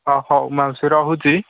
ହଁ ହଉ ମାଉସୀ ରହୁଛି